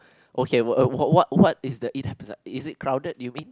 okay wh~ what what is the it happens is it crowded you mean